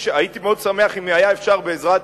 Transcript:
הייתי מאוד שמח אם אפשר היה בעזרת